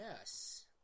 yes